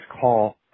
call